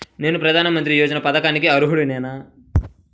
నేను ప్రధాని మంత్రి యోజన పథకానికి అర్హుడ నేన?